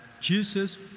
Jesus